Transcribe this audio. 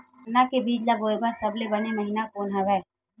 गन्ना के बीज ल बोय बर सबले बने महिना कोन से हवय?